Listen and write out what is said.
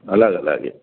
అలాగ్ అలాగే